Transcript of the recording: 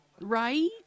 Right